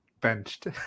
benched